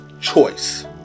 choice